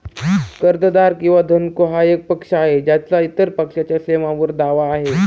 कर्जदार किंवा धनको हा एक पक्ष आहे ज्याचा इतर पक्षाच्या सेवांवर दावा आहे